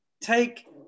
take